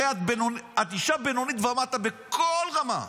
הרי את אישה בינונית ומטה בכל רמה,